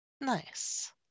Nice